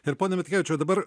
ir pone mitkevičiau dabar